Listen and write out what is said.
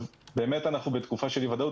באמת אנחנו בתקופה של אי ודאות.